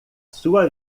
sua